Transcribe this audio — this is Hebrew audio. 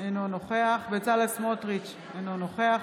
אינו נוכח בצלאל סמוטריץ' אינו נוכח